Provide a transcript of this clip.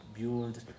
build